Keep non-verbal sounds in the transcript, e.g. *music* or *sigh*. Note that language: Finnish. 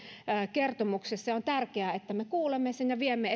kertomuksessa ja on tärkeää että me kuulemme sen ja viemme *unintelligible*